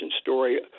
story